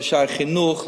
לא שייך לחינוך,